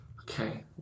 Okay